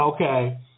Okay